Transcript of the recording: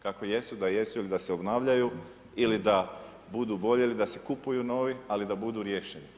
Kakve jesu da jesu da se obnavljaju ili da budu bolje, ili da se kupuju novi, ali da budu riješeni.